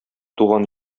туган